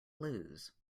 lose